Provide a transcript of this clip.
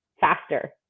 faster